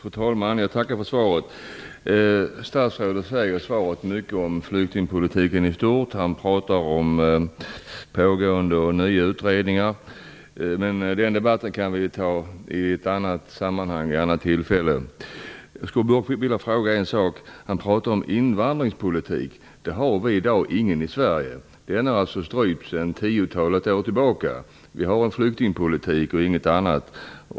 Fru talman! Jag tackar för svaret. Statsrådet talar i svaret mycket om flyktingpolitiken i stort. Han pratar om pågående och nya utredningar. Den debatten kan vi föra vid ett annat tillfälle. Statsrådet talar om invandringspolitik. Någon sådan har vi inte i Sverige i dag. Den är strypt sedan ett tiotal år tillbaka. Vi har en flyktingpolitik och ingenting annat.